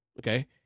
okay